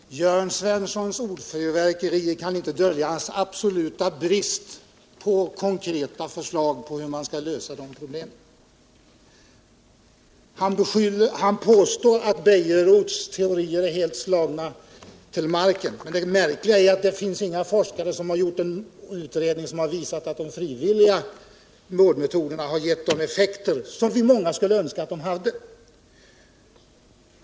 Herr talman! Jörn Svenssons ordfyrverkeri kan inte dölja hans absoluta brist på konkreta förslag hur man skall lösa problemen. Han påstår att Nils Bejerots teorier är helt slagna till marken. Men det märkliga är att inga forskare gjort en utredning som visar att de frivilliga vårdmetoderna givit de effekter som många skulle önska att de hade.